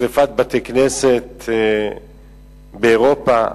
שרפת בתי-כנסת באירופה.